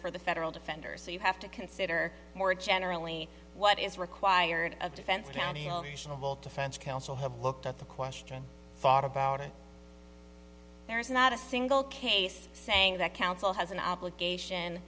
for the federal defenders so you have to consider more generally what is required of defense downhill reasonable to fence counsel have looked at the question thought about it there's not a single case saying that counsel has an obligation